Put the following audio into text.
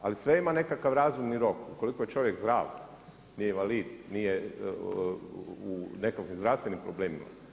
Ali sve ima nekakav razumni rok ukoliko je čovjek zdrav, nije invalid, nije u nekakvim zdravstvenim problemima.